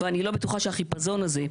ואני לא בטוחה שהחיפזון הזה,